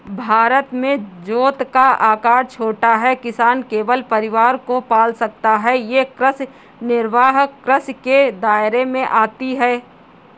भारत में जोत का आकर छोटा है, किसान केवल परिवार को पाल सकता है ये कृषि निर्वाह कृषि के दायरे में आती है